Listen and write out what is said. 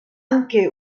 anche